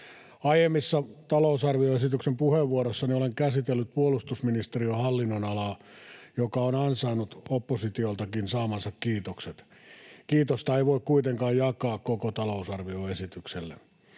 Aiemmissa talousarvioesityksen puheenvuoroissani olen käsitellyt puolustusministeriön hallinnonalaa, joka on ansainnut oppositioltakin saamansa kiitokset. Kiitosta ei voi kuitenkaan jakaa koko talousarvioesitykselle.